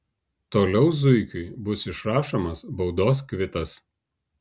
toliau zuikiui bus išrašomas baudos kvitas